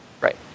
Right